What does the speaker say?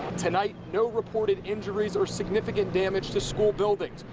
tonight no reported injuries or significant damage to school building,